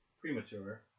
premature